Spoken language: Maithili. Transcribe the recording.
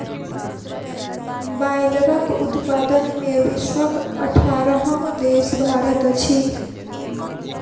बायलरक उत्पादन मे विश्वक अठारहम देश भारत अछि